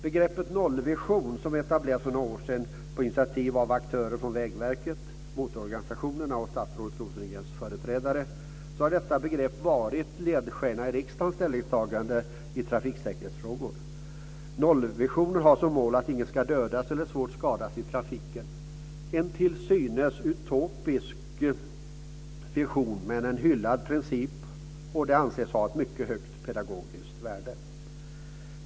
Begreppet nollvision, som etablerades för några år sedan på initiativ av aktörer från Vägverket, motororganisationerna och statsrådet Rosengrens företrädare, har varit en ledstjärna för riksdagens ställningstaganden i trafiksäkerhetsfrågor. Nollvisionen går ut på att ingen ska dödas eller svårt skadas i trafiken. Det är en till synes utopisk vision, men det är en hyllad princip, som anses ha ett mycket högt pedagogiskt värde.